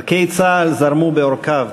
ערכי צה"ל זרמו בעורקיו.